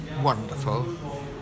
wonderful